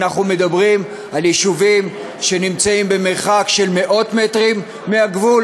ואנחנו מדברים על יישובים שנמצאים במרחק של מאות מטרים מהגבול,